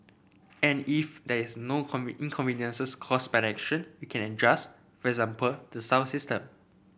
and if there is no inconveniences caused by that action we can in adjust for example the sound system